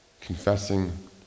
confessing